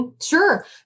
Sure